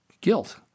guilt